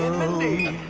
ah mindy